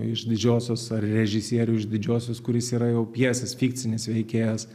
iš didžiosios ar režisierių iš didžiosios kuris yra jau pjesės fikcinis veikėjas